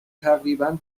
تقریبا